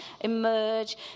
emerge